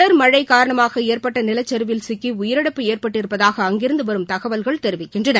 தொடர் மழை காரணமாக ஏற்பட்ட நிலச்சரிவில் சிக்கி உயிரிழப்பு ஏற்பட்டிருப்பதாக அங்கிருந்து வரும் தகவல்கள் தெரிவிக்கின்றன